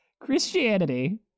Christianity